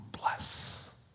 bless